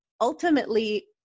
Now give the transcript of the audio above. ultimately